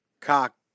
cock